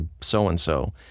so-and-so